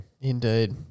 Indeed